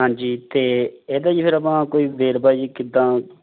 ਹਾਂਜੀ ਅਤੇ ਇਹਦਾ ਜੀ ਫੇਰ ਆਪਣਾ ਕੋਈ ਵੇਰਵਾ ਜੀ ਕਿੱਦਾਂ